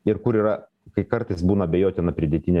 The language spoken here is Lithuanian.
ir kur yra kai kartais būna abejotina pridėtinė